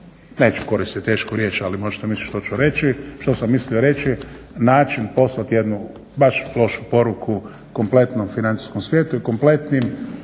neću koristiti tešku riječ ali možete misliti što ću reći, što sam mislio reći, način poslati jednu baš lošu poruku kompletnom financijskom svijetu i kompletnim